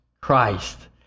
Christ